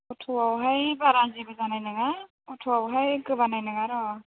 अट'आवहाय बारा जेबो जानाय नोङा अट'आवहाय गोबानाय नोङा र'